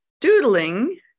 doodling